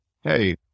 hey